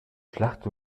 schlacht